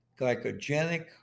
glycogenic